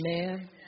Amen